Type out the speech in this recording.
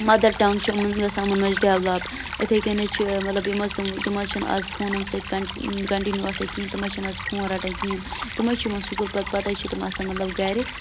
mother ٹنٛگ چھِ یِمَن گژھان یِمَن منٛز ڈٮ۪ولَپ یِتھَے کٔنی حظ چھِ مطلب یِم حظ تِم تِم حظ چھِنہٕ آز فونَن سۭتۍ کَنٹِنیوٗ آسان کِہیٖنۍ تِم حظ چھِنہٕ آز فون رَٹان کِہیٖنۍ تِم حظ چھِ یِوان سکوٗل پَتہٕ پَتہٕ حظ چھِ تِم آسان مطلب گَرِ